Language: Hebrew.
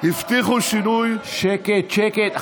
הבטיחו שינוי, שקט, שקט.